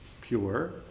pure